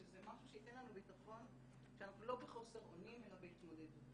שזה משהו שייתן לנו ביטחון כי אנחנו לא בחוסר אונים אלא בהתמודדות.